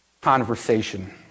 conversation